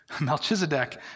Melchizedek